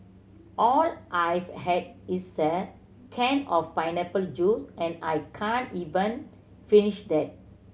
all I've had is a can of pineapple juice and I can't even finish that